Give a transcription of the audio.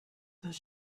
does